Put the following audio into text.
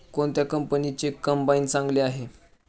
कोणत्या कंपनीचे कंबाईन चांगले आहे?